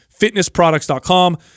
fitnessproducts.com